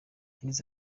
yagize